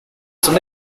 son